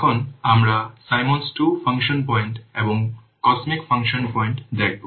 এখন আমরা Symons Mark II function point এবং COSMIC ফাংশন পয়েন্ট দেখব